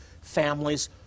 families